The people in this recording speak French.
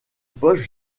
poste